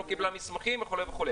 לא קיבלה מסמכים וכולי וכולי.